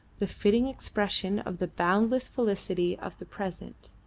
the fitting expression of the boundless felicity of the present,